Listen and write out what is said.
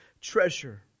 treasure